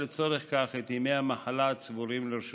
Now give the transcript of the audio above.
לצורך זה את ימי המחלה הצבורים לרשותו.